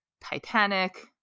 Titanic